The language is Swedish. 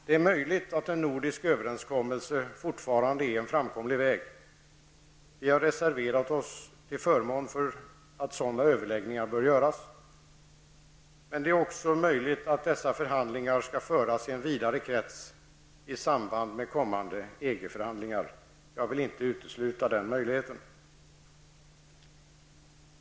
Det är möjligt att en nordisk överenskommelse fortfarande är en framkomlig väg, och vi har reserverat oss till förmån för att överläggningar därvid förs. Det är också möjligt att dessa förhandlingar skall föras i en vidare krets i samband med kommande EG-förhandlingar. Jag vill inte utesluta den möjligheten.